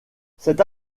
cette